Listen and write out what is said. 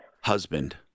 husband